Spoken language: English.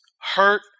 hurt